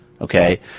Okay